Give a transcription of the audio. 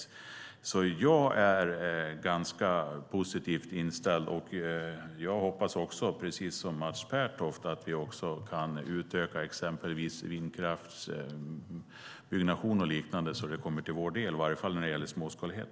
Jag är därför ganska positivt inställd, och jag hoppas, precis som Mats Pertoft, att vi kan öka vindkraftsbyggnation och så vidare så att det kommer oss till del, i alla fall när det gäller småskalighet.